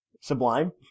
Sublime